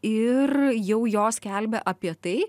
ir jau jos skelbia apie tai